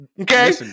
Okay